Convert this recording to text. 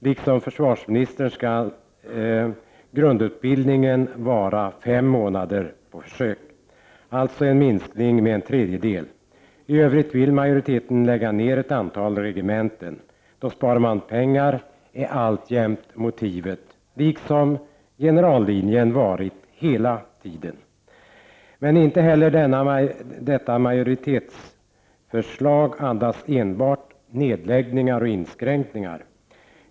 Liksom försvarsministern tycker den att grundutbildningen skall vara fem månader — alltså en minskning med en tredjedel. I övrigt vill majoriteten lägga ned ett antal regementen. Att man då sparar pengar är alltjämt motivet, liksom det hela tiden har varit i fråga om generallinjen. Inte heller detta majoritetsförslag andas enbart nedläggning och inskränkningar.